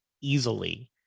easily